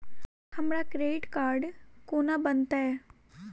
हमरा credit card कोना बनतै?